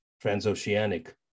transoceanic